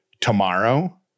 tomorrow